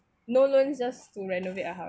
no loans just to renovate a house